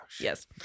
Yes